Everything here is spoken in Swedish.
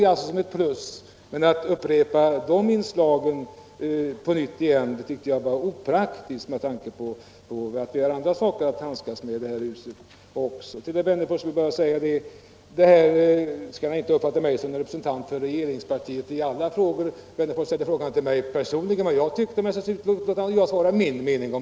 Det tog jag som ett plus, men att upprepa de inslagen på nytt fann jag opraktiskt med tanke på att vi har andra saker att handskas med i det här huset. Till herr Wennerfors vill jag bara säga att han inte får uppfatta mig som representant för regeringspartiet i alla frågor. Herr Wennerfors frågade vad jag personligen tyckte, och jag anförde min mening.